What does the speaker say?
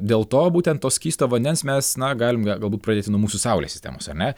dėl to būtent to skysto vandens mes na galim galbūt pradėti nuo mūsų saulės sistemos ar ne